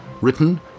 written